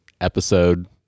episode